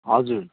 हजुर